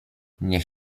niech